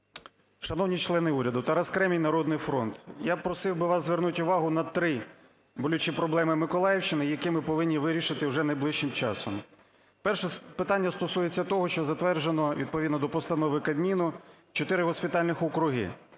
Шановні члени уряду! Тарас Кремінь, "Народний фронт". Я просив би вас звернуть увагу на три болючі проблеми Миколаївщини, які ми повинні вирішити вже найближчим часом. Перше питання стосується того, що затверджено відповідно до постанови Кабміну чотири госпітальних округи,